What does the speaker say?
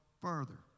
further